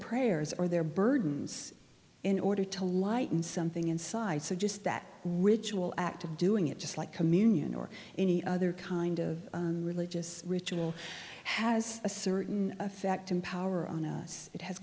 prayers or their burdens in order to lighten something inside suggests that ritual act of doing it just like communion or any other kind of religious ritual has a certain effect and power on us it has